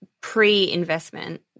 pre-investment